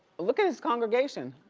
look at his congregation.